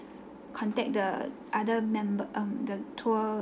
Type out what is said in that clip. contact the other member um the tour